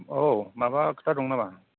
औ माबा खोथा दं नामा